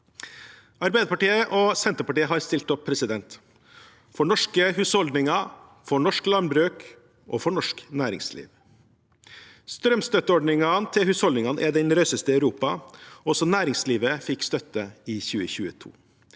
Arbeiderpartiet og Senterpartiet har stilt opp – for norske husholdninger, for norsk landbruk og for norsk næringsliv. Strømstøtteordningen til husholdningene er den rauseste i Europa, og også næringslivet fikk støtte i 2022.